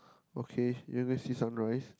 okay University sunrise